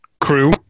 crew